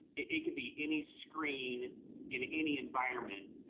it can be any screen in any environment,